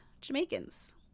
Jamaicans